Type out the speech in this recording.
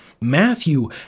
Matthew